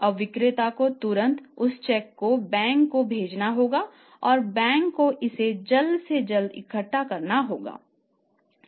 अब विक्रेता को तुरंत उस चेक को बैंक को भेजना होगा और बैंक को इसे जल्द से जल्द इकट्ठा करना होगा